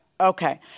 Okay